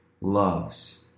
loves